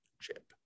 chip